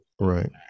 Right